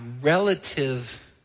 relative